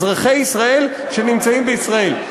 אזרחי ישראל שנמצאים בישראל.